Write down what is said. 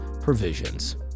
Provisions